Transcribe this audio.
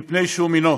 מפני שהוא מינו.